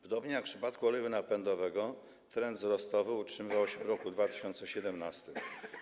Podobnie jak w przypadku oleju napędowego trend wzrostowy utrzymywał się w roku 2017.